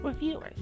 Reviewers